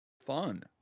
Fun